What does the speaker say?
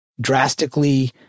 drastically